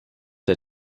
der